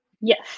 yes